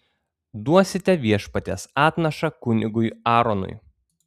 duosite viešpaties atnašą kunigui aaronui